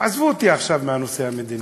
עזבו אותי עכשיו מהנושא המדיני,